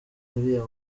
uriya